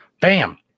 Bam